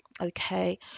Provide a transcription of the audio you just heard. Okay